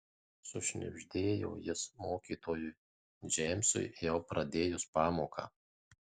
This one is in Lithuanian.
sušnibždėjo jis mokytojui džeimsui jau pradėjus pamoką